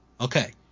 Okay